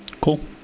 Cool